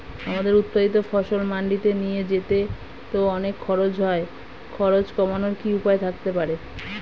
আমার উৎপাদিত ফসল মান্ডিতে নিয়ে যেতে তো অনেক খরচ হয় খরচ কমানোর কি উপায় থাকতে পারে?